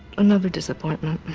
another disappointment.